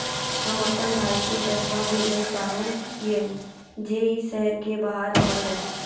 हम अप्पन भाई के पैसवा भेजल चाहो हिअइ जे ई शहर के बाहर रहो है